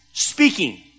Speaking